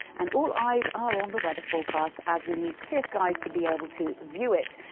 and all eyes are on the weather forecast as we need clear skies to be able to view it.